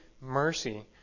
mercy